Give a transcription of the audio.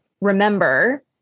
remember